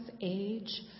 age